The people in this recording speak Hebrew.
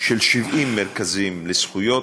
של 70 מרכזים לזכויות,